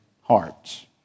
hearts